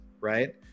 right